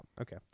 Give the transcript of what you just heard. Okay